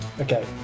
Okay